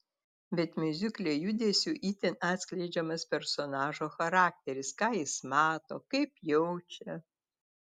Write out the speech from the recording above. bet miuzikle judesiu itin atskleidžiamas personažo charakteris ką jis mąsto kaip jaučia